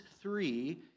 three